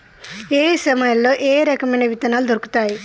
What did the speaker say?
ఏయే సమయాల్లో ఏయే రకమైన విత్తనాలు దొరుకుతాయి?